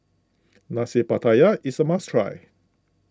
Nasi Pattaya is a must try